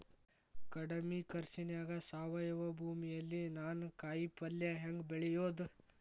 ಕಡಮಿ ಖರ್ಚನ್ಯಾಗ್ ಸಾವಯವ ಭೂಮಿಯಲ್ಲಿ ನಾನ್ ಕಾಯಿಪಲ್ಲೆ ಹೆಂಗ್ ಬೆಳಿಯೋದ್?